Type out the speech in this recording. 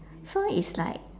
so it's like